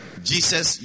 Jesus